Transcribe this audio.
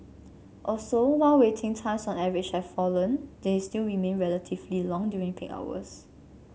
also while waiting times on average have fallen they still remain relatively long during peak periods